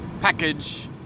package